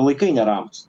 laikai neramūs